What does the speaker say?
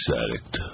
addict